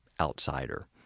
outsider